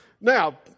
Now